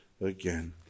again